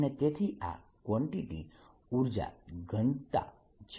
અને તેથી આ કવાંટીટી ઉર્જા ઘનતા છે